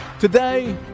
Today